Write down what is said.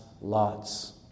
lots